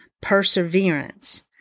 perseverance